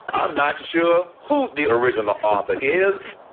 and sure who the original author is.